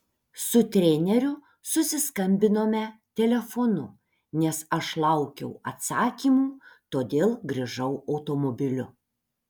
su treneriu susiskambinome telefonu nes aš laukiau atsakymų todėl grįžau automobiliu